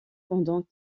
pendant